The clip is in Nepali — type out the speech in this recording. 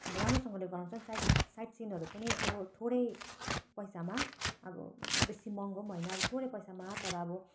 अब राम्रोसँगले गराउँछ साइट साइट सिनहरू पनि अब थोरै पैसामा अब बेसी महँगो पनि होइन अब थोरै पैसामा तर अब